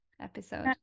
episode